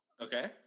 okay